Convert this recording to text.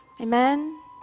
Amen